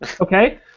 Okay